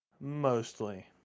mostly